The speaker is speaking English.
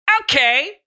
Okay